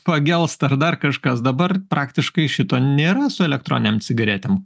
pagelsta ar dar kažkas dabar praktiškai šito nėra su elektroninėm cigaretėm